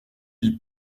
ils